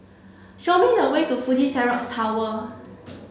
show me the way to Fuji Xerox Tower